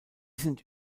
sind